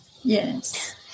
Yes